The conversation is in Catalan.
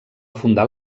fundar